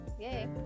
Yay